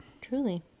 truly